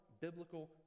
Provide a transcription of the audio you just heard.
biblical